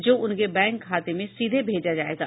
जो उनके बैंक खाते में सीधे भेजा जायेगा